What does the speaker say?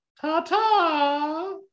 Ta-ta